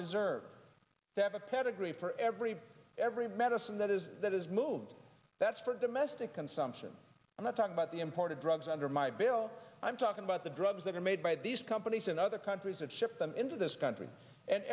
reserve they have a pedigree for every every medicine that is that is moved that's for domestic consumption i'm not talking about the imported drugs under my bill i'm talking about the drugs that are made by these companies and other countries have shipped them into this country and